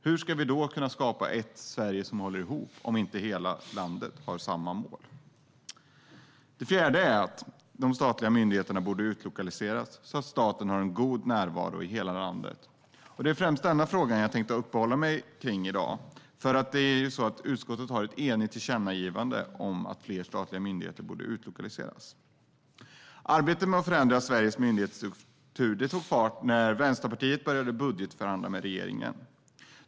Hur ska vi kunna skapa ett Sverige som håller ihop om inte hela landet har samma mål? Det fjärde förslaget är att de statliga myndigheterna borde utlokaliseras så att staten har en god närvaro i hela landet. Det är främst den frågan jag tänkte uppehålla mig kring i dag. Utskottet har ett enigt tillkännagivande om att fler statliga myndigheter borde utlokaliseras. Arbetet med att förändra Sveriges myndighetsstruktur tog fart när Vänsterpartiet började budgetförhandla med regeringen.